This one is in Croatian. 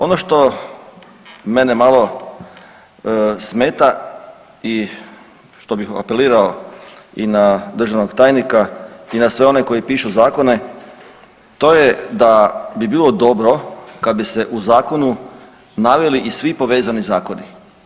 Ono što mene malo smeta i što bih apelirao na državnog tajnika i na sve one koji pišu Zakone, to je da bi bilo dobro kad bi se u Zakonu naveli i svi povezani Zakoni.